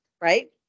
right